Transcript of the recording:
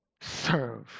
serve